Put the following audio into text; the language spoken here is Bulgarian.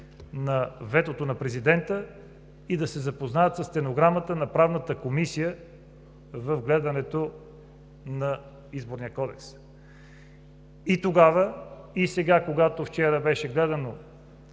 на ветото на президента и да се запознаят със стенограмата на Правната комисия от гледането на Изборния кодекс. И тогава, и сега, когато вчера беше гледано